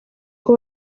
ubwo